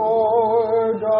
Lord